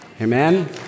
Amen